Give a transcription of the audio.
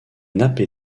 nappes